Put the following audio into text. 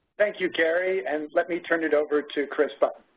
thank you, gary, and let me turn it over to chris button.